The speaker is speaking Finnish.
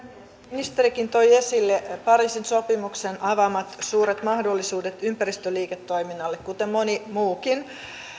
ministerikin toi esille pariisin sopimuksen avaamat suuret mahdollisuudet ympäristöliiketoiminnalle kuten moni muukin